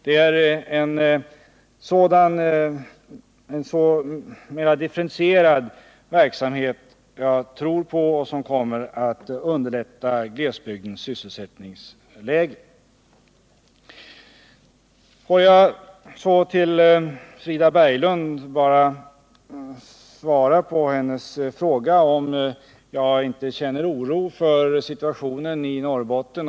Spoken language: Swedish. Det är en sådan mera differentierad verksamhet som jag tror på och som kommer att förbättra sysselsättningsläget. Fårjag sedan bara svara på Frida Berglunds fråga, om jag inte känner oro för situationen i Norrbotten.